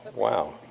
wow.